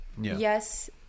yes